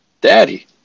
Daddy